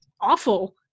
awful